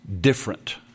different